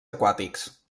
aquàtics